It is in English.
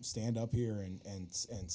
stand up here and it's and